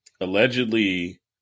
Allegedly